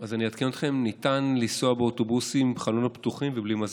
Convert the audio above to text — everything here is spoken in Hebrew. אז אני אעדכן אתכם: ניתן לנסוע באוטובוסים עם חלונות פתוחים ובלי מזגן.